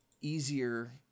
easier